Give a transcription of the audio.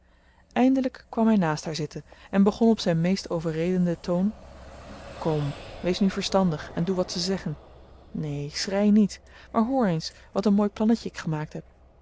eindelijk kwam hij naast haar zitten en begon op zijn meest overredenden toon kom wees nu verstandig en doe wat ze zeggen neen schrei niet maar hoor eens wat een mooi plannetje ik gemaakt heb